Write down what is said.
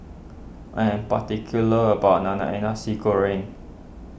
I am particular about Nasi Goreng